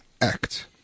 act